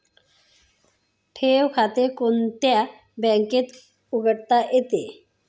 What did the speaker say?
ठेव खाते कोणत्या बँकेत उघडता येते?